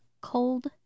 cold